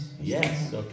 Yes